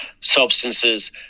substances